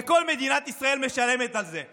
וכל מדינת ישראל משלמת על זה.